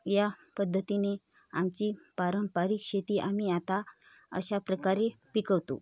या पद्धतीने आमची पारंपारिक शेती आम्ही आता अशा प्रकारे पिकवतो